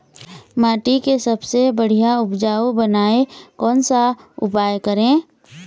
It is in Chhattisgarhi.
माटी के सबसे बढ़िया उपजाऊ बनाए कोन सा उपाय करें?